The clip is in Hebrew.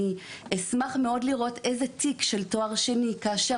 אני אשמח מאוד לראות איזה תיק של תואר שני כאשר